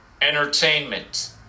entertainment